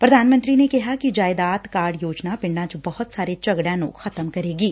ਪ੍ਰਧਾਨ ਮੰਤਰੀ ਨੇ ਕਿਹਾ ਕਿ ਜਾਇਦਾਦ ਕਾਰਡ ਯੋਜਨਾ ਪਿੰਡਾਂ ਵਿਚ ਬਹੁਤ ਸਾਰੇ ਝਗੜਿਆਂ ਨੁੰ ਖ਼ਤਮ ਕਰੇਗੀ